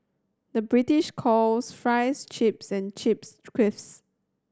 the British calls fries chips and chips crisps